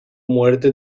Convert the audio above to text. muerte